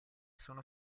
sono